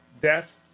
death